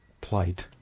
plight